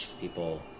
people